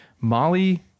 Molly